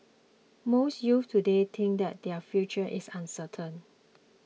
most youths today think that their future is uncertain